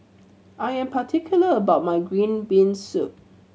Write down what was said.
I am particular about my green bean soup